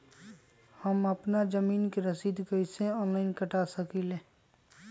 हम अपना जमीन के रसीद कईसे ऑनलाइन कटा सकिले?